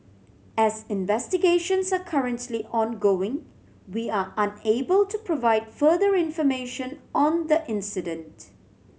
as investigations are currently ongoing we are unable to provide further information on the incident